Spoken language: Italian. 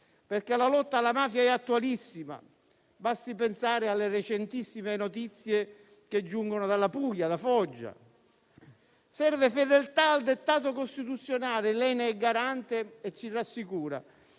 perché la lotta alla mafia è attualissima. Basti pensare alle recentissime notizie che giungono dalla Puglia, da Foggia. Serve fedeltà al dettato costituzionale. Lei ne è garante e ciò ci rassicura.